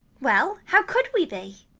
well, how could we be?